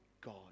God